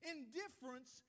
Indifference